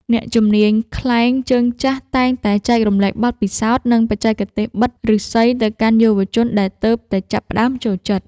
អ្នកជំនាញខ្លែងជើងចាស់តែងតែចែករំលែកបទពិសោធន៍ និងបច្ចេកទេសបិតឫស្សីទៅកាន់យុវជនដែលទើបតែចាប់ផ្ដើមចូលចិត្ត។